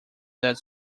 that